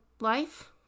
life